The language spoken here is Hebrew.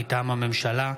מטעם הממשלה,